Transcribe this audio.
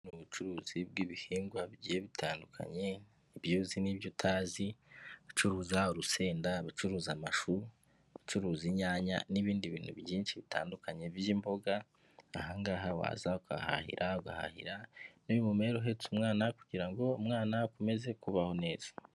Ubucuruzi bw'ibihingwa bigiye bitandukanye, ibyo uzi n'ibyo utazi, ucuruza urusenda, ucuruza amashu, ucuruza inyanya n'ibindi bintu byinshi bitandukanye by'imboga, aha ngaha waza ukahahahira, ugahahira n'uyu mumeri uhetse umwana kugira ngo umwana akomeze kubaho neza.